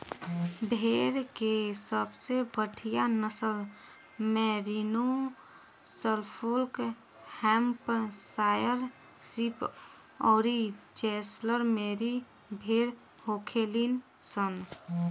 भेड़ के सबसे बढ़ियां नसल मैरिनो, सफोल्क, हैम्पशायर शीप अउरी जैसलमेरी भेड़ होखेली सन